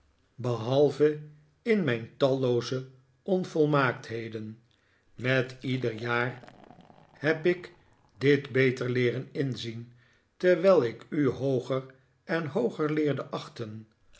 behalve in mijn tallooze onvolmaaktheden met ieder jaar heb ik dit beter leeren inzien terwijl ik u hooger en hooger leerde achten